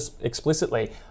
explicitly